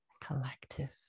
Collective